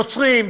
נוצרים,